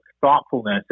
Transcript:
thoughtfulness